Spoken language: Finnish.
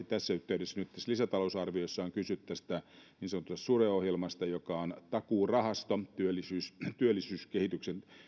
tässä yhteydessä nyt tässä lisätalousarviossa on kyse tästä niin sanotusta sure ohjelmasta joka on takuurahasto työllisyyskehityksen